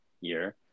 year